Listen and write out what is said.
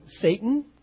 Satan